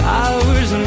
hours